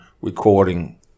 recording